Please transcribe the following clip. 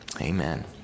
Amen